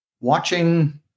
watching